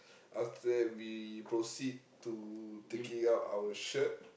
after that we proceed to taking out our shirt